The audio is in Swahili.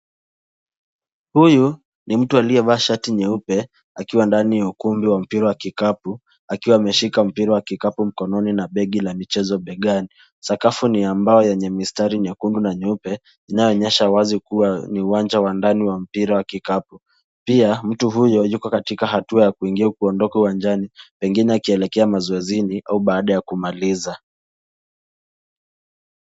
Huyu ni mtu aliyevaa shati nyeupe akiwa ndani ya ukumbi wa mpira wa kikapu akiwa ameshika mpira wa kikapu mkononi na begi la michezo begani. Sakafu ni ya mbao yenye mistari nyekundu na nyeupe inayoonyesha wazi kuwa ni uwanja wa ndani wa mpira wa kikapu. Pia mtu huyo yuko katika hatua ya kuingia au kuondoka uwanjani, pengine akielekea mazoezini au baada ya kumaliza.